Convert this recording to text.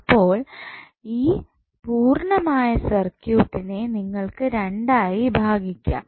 അപ്പോൾ ഈ പൂർണമായ സർക്യൂട്ട്നെ നിങ്ങൾക്ക് രണ്ടായി ഭാഗിക്കാം